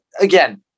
again